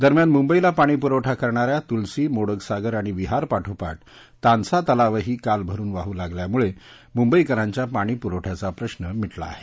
दरम्यान मुंबईला पाणी पुरवठा करणा या तुलसी मोडकसागर आणि विहार पाठोपाठ तांसा तलावही काल भरुन वाहू लागल्यामुळं मुंबईकरांच्या पाणी पुरवठ्याचा प्रश्न मिटला आहे